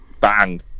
bang